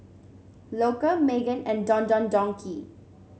Loacker Megan and Don Don Donki